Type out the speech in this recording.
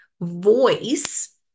voice